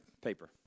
paper